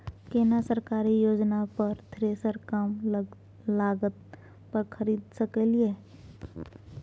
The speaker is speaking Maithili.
केना सरकारी योजना पर थ्रेसर कम लागत पर खरीद सकलिए?